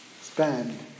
spend